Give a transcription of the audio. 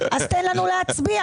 אז תן לנו להצביע.